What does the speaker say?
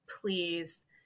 please